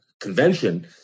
convention